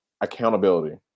accountability